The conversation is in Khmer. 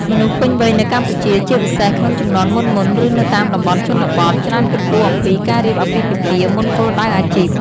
មនុស្សពេញវ័យនៅកម្ពុជា ជាពិសេសក្នុងជំនាន់មុនៗ ឬនៅតាមតំបន់ជនបទ ច្រើនគិតគូរអំពីការរៀបអាពាហ៍ពិពាហ៍មុនគោលដៅអាជីព។